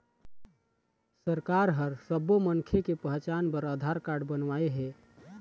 सरकार ह सब्बो मनखे के पहचान बर आधार कारड बनवाए हे